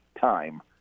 time